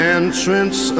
entrance